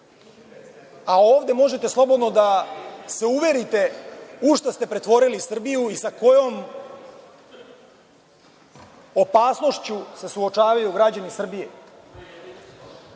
a ovde možete slobodno da se uverite u šta ste pretvorili Srbiju i sa kojom opasnošću se suočavaju građani Srbije. Evri